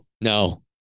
no